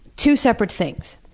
two separate things.